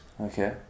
Okay